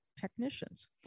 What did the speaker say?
technicians